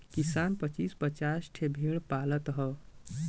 किसान पचीस पचास ठे भेड़ पालत हौ